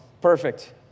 perfect